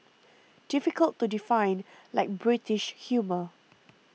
difficult to define like British humour